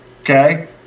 Okay